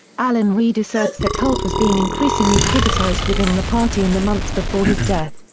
alan reid asserts that holt was being increasingly criticised within the party in the months before his death,